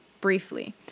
briefly